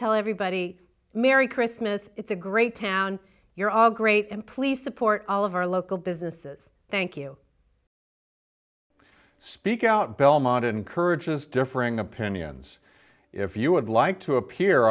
tell everybody merry christmas it's a great town you're all great and please support all of our local businesses thank you speakout belmont encourages differing opinions if you would like to appear